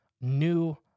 new